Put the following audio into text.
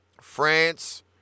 France